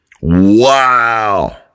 Wow